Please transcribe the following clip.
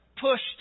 pushed